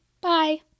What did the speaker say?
Bye